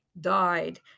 died